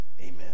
amen